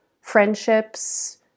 friendships